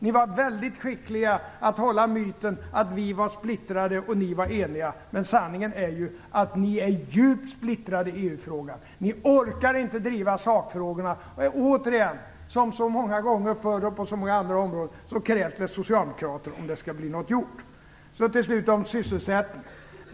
Ni var väldigt skickliga att hålla uppe myten att vi var splittrade och ni var eniga, men sanningen är att ni är djupt splittrade i EU-frågan. Ni orkar inte driva sakfrågorna. Återigen är det så, som så många gånger förr och på så många andra områden, att det krävs socialdemokrater om det skall bli något gjort. Till slut vill jag ta upp sysselsättningen.